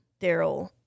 Daryl